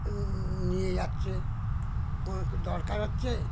নি নিয়ে যাচ্ছে কোন দরকার হচ্ছে